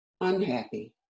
unhappy